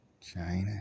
China